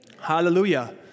Hallelujah